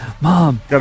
Mom